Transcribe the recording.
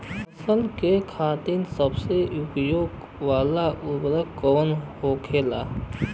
फसल के खातिन सबसे उपयोग वाला उर्वरक कवन होखेला?